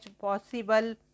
possible